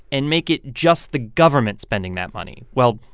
and make it just the government spending that money well,